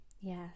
yes